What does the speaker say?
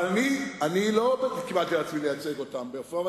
אבל אני לא קיבלתי על עצמי לייצג אותם בעופרה.